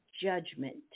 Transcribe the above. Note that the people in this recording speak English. judgment